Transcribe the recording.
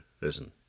listen